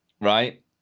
Right